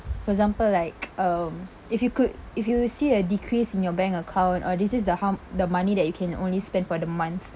for example like um if you could if you see a decrease in your bank account or this is the how the money that you can only spend for the month